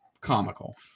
comical